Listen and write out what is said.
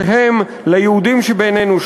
שהם ליהודים שבינינו,